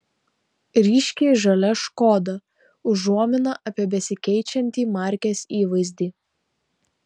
ryškiai žalia škoda užuomina apie besikeičiantį markės įvaizdį